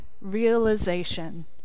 realization